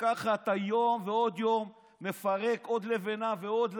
וככה אתה יום ועוד יום מפרק עוד לבנה ועוד לבנה.